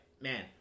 man